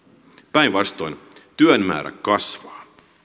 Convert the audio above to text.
päinvastoin työn määrä kasvaa